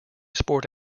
sport